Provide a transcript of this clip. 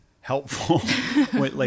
helpful